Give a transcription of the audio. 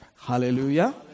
Hallelujah